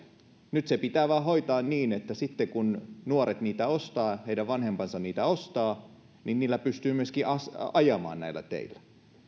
nyt se pitää vain hoitaa niin että sitten kun nuoret niitä ostavat tai heidän vanhempansa niitä ostavat niillä pystyy myöskin ajamaan teillä